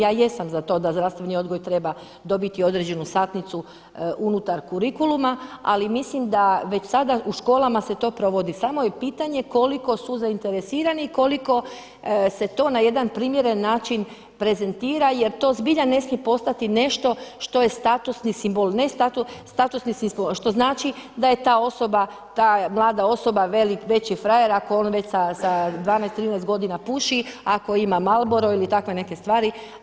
Ja jesam za to da zdravstveni odgoj treba dobiti određenu satnicu unutar kurikuluma ali mislim da već sada u školama se to provodi, samo je pitanje koliko su zainteresirani, koliko se to na jedan primjereni način prezentira jer to zbilja ne smije postati nešto što je statusni simbol, ne statusni simbol što znači da je ta osoba, ta mlada osoba veći frajer ako on već sa 12, 13 godina puši, ako ima Marlboro ili takve neke stvari.